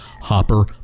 hopper